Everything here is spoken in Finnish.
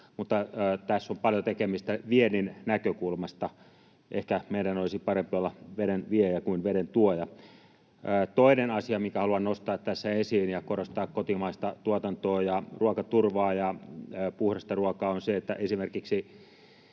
mutta tässä on paljon tekemistä viennin näkökulmasta. Ehkä meidän olisi parempi olla veden viejä kuin veden tuoja. Toinen asia, minkä haluan nostaa tässä esiin ja korostaa kotimaista tuotantoa ja ruokaturvaa ja puhdasta ruokaa, on se, että esimerkiksi